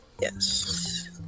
Yes